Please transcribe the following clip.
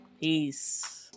peace